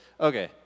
okay